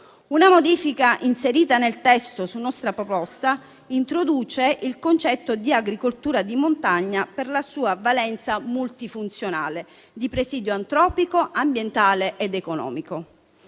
Una modifica inserita nel testo su nostra proposta introduce il concetto di agricoltura di montagna per la sua valenza multifunzionale di presidio antropico, ambientale ed economico.